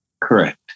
Correct